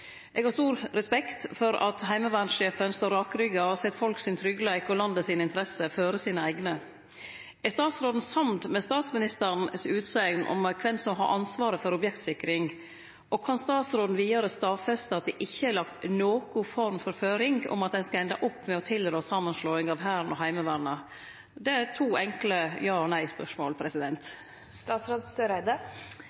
Eg har stor respekt for at heimevernssjefen står rakrygga og set folk sin tryggleik og landet sine interesser føre sine eigne. Er statsråden samd i utsegna til statsministeren om kven som har ansvaret for objektsikring, og kan statsråden vidare stadfeste at det ikkje er lagt noka form for føring om at ein skal ende opp med å tilrå samanslåing av Hæren og Heimevernet? Det er to enkle